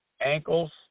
ankles